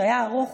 שהיה ארוך,